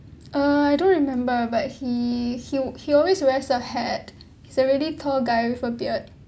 uh I don't remember but he he he always wears a hat he's a really tall guy with a beard